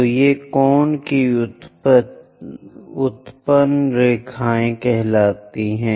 तो ये कोण की उत्पन्न लाइनें कहलाती हैं